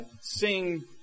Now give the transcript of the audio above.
sing